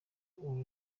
uru